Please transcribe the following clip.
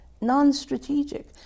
non-strategic